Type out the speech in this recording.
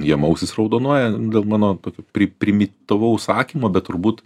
jiem ausys raudonuoja dėl mano tokio pri primityvaus sakymo bet turbūt